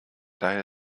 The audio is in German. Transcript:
daher